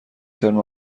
ترم